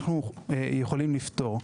אנחנו יכולים לפטור.